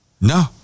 No